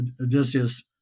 Odysseus